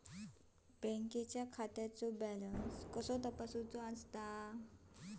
बँकेच्या खात्याचो कसो बॅलन्स तपासायचो?